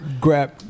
Grab